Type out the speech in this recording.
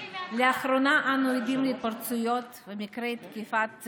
לאחרונה אנו עדים להתפרצויות ומקרי תקיפה של